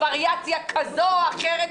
אם בווריאציה כזאת או אחרת,